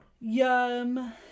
Yum